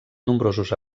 nombrosos